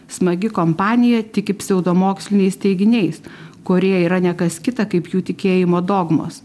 smagi kompanija tiki pseudomoksliniais teiginiais kurie yra ne kas kita kaip jų tikėjimo dogmos